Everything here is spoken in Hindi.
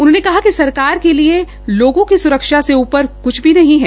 उन्होंने कहा कि सरकार के लिए लोगो की सुरक्षा से ऊपर कुछ भी नहीं है